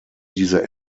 diese